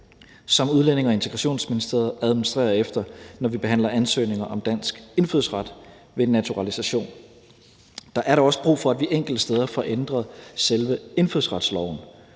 som Udlændinge- og Integrationsministeriet administrerer efter, når vi behandler ansøgninger om dansk indfødsret ved naturalisation. Der er dog også brug for, at vi enkelte steder får ændret selve indfødsretsloven.